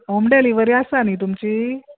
home delivery आसा न्हय तुमची